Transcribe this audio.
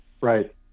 Right